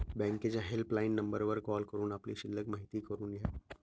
बँकेच्या हेल्पलाईन नंबरवर कॉल करून आपली शिल्लक माहिती करून घ्या